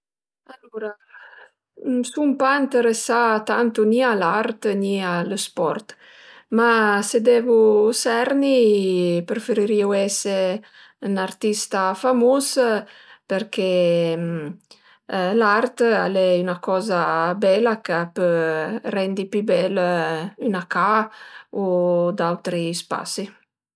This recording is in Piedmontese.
Alura sun pa ënteresà tantu ni a l'art ni a lë sport, ma si devu serni preferirìu ese ën artista famus përché l'art al e üna coza bela ch'a pö rendi pi bel üna ca u d'autri spasi